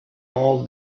all